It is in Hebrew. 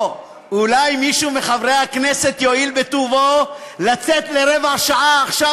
או אולי מישהו מחברי הכנסת יואיל בטובו לצאת לרבע שעה עכשיו,